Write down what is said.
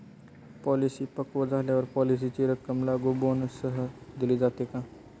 Policy पक्व झाल्यावर पॉलिसीची रक्कम लागू बोनससह दिली जाते का?